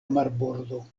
marbordo